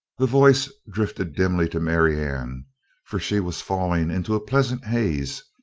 the voice drifted dimly to marianne for she was falling into a pleasant haze,